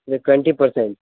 یہ twenty percent